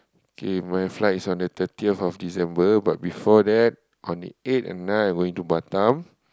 okay my flight is on the thirtieth of December but before that on the eight and nine I am going to Batam